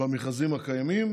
במכרזים הקיימים,